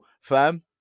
Fam